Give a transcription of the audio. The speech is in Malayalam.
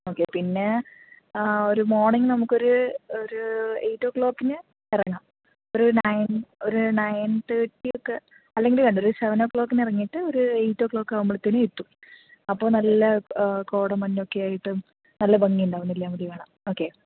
ഓക്കെ പിന്നെ ഒരു മോർണിംഗ് നമ്മുക്കൊരു ഒരു എയിറ്റ് ഓ ക്ലോക്കിന് ഇറങ്ങാം ഒരു നൈൻ ഒരു നൈൻ തേർട്ടി ഒക്കെ അല്ലെങ്കിൽ വേണ്ട ഒരു സെവൻ ഓ ക്ലോക്കിന് ഇറങ്ങിട്ട് ഒരു എയിറ്റ് ഓ ക്ലോക്ക് ആവുമ്പോഴത്തേക്കും എത്തും അപ്പോൾ നല്ല കോടമഞ്ഞൊക്കെയായിട്ട് നല്ല ഭംഗി ഉണ്ടാവും നെല്ലിയാമ്പതി കാണാൻ ഓക്കേ